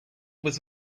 was